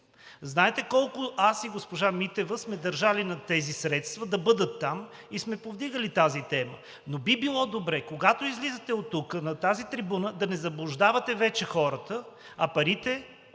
Знаете колко аз и госпожа Митева сме държали тези средства да бъдат там и сме повдигали тази тема, но би било добре, когато излизате на тази трибуна, да не заблуждавате вече хората. А парите